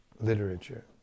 literature